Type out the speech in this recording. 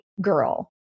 girl